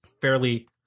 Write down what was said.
fairly